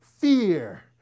Fear